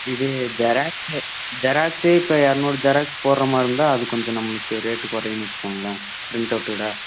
இதே ஜெராக்ஸ்ஸு ஜெராக்ஸ்ஸே இப்போ இரநூறு ஜெராக்ஸ் போடுற மாதிரி இருந்தால் அது கொஞ்சம் நம்மளுக்கு ரேட்டு குறையுன்னு வைச்சிக்கோங்களேன் பிரிண்ட்டவுட் விட